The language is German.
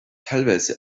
teilweise